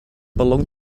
belong